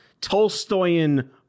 Tolstoyan